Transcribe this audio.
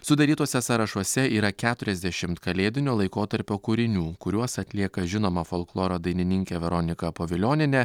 sudarytuose sąrašuose yra keturiasdešimt kalėdinio laikotarpio kūrinių kuriuos atlieka žinoma folkloro dainininkė veronika povilionienė